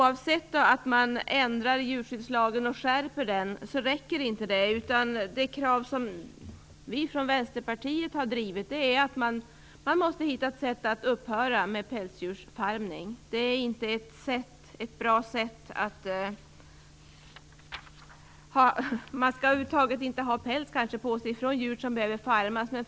Att ändra i djurskyddslagen och skärpa den räcker inte, utan de krav som vi från Vänsterpartiet har drivit är att man upphör med buruppfödning av pälsdjur. Det är inte ett bra sätt. Man skall över huvud taget inte ha pälsar från djur som behöver födas upp i bur.